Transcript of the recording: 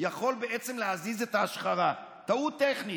אחמד טיבי,